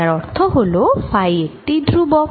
যার অর্থ হল ফাই একটি ধ্রুবক